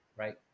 right